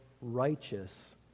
righteous